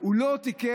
הוא לא תיקף,